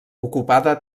ocupada